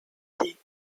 dés